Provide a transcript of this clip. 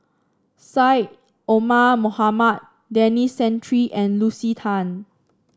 Syed Omar Mohamed Denis Santry and Lucy Tan